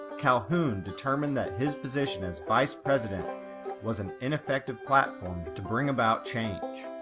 calhoun determined that his position as vice president was an ineffective platform to bring about change.